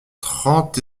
trente